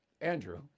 Andrew